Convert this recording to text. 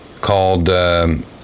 called